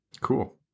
cool